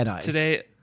Today